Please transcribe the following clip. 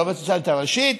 לעובדת הסוציאלית הראשית,